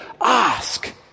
Ask